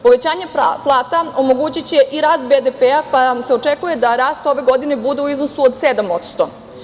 Povećanje plata omogućiće i rast BDP-a, pa se očekuje da rast ove godine bude u iznosu od 7%